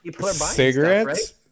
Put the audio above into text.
cigarettes